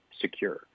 secure